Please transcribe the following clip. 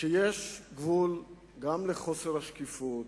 שיש גבול גם לחוסר השקיפות,